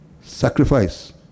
sacrifice